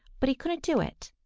but he couldn't do it.